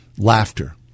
Laughter